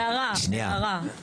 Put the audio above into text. הערה, הערה, אני עוד לא התחלתי.